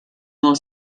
nur